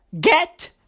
Get